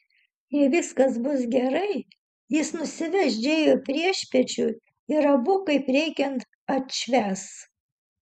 jei viskas bus gerai jis nusives džėjų priešpiečių ir abu kaip reikiant atšvęs